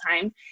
time